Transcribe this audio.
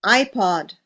iPod